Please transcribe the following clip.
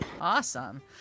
Awesome